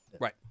Right